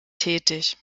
tätig